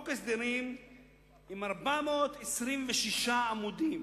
חוק הסדרים עם 426 עמודים.